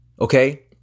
Okay